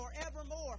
forevermore